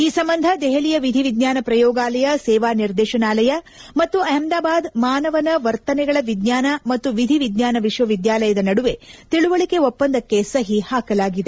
ಈ ಸಂಬಂಧ ದೆಹಲಿಯ ವಿಧಿವಿಜ್ಞಾನ ಪ್ರಯೋಗಾಲಯ ಸೇವಾ ನಿರ್ದೇತನಾಲಯ ಮತ್ತು ಅಹದಾಬಾದ್ನ ಮಾನವನ ವರ್ತನೆಗಳ ವಿಜ್ಞಾನ ಮತ್ತು ವಿಧಿವಿಜ್ಞಾನ ವಿಶ್ವವಿದ್ದಾಲಯದ ನಡುವೆ ತಿಳುವಳಿಕೆ ಒಪ್ಪಂದಕ್ಕೆ ಸಹಿ ಹಾಕಲಾಗಿದೆ